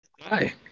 Hi